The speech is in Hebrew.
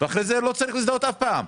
ואחרי זה הוא לא צריך להזדהות אף פעם,